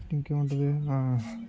ఇంకేమి ఉంటుంది